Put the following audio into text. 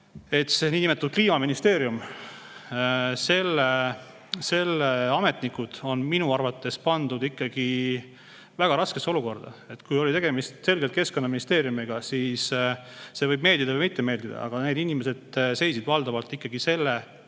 et see niinimetatud Kliimaministeerium ja selle ametnikud on minu arvates pandud ikkagi väga raskesse olukorda. Kui oli tegemist selgelt Keskkonnaministeeriumiga, siis – see võib meeldida või mitte meeldida – need inimesed seisid valdavalt ikkagi selle